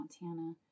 Montana